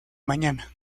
mañana